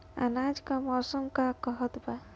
आज क मौसम का कहत बा?